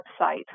website